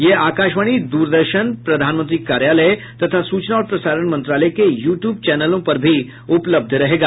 यह आकाशवाणी द्रदर्शन प्रधानमंत्री कार्यालय तथा सूचना और प्रसारण मंत्रालय के यू ट्यूब चैनल पर भी उपलब्ध रहेगा